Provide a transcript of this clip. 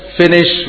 finish